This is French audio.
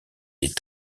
est